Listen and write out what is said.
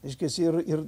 reiškiasi ir ir